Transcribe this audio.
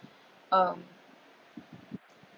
um